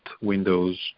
windows